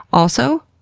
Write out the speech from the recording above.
also,